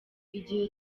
igihe